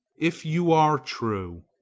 if you are true,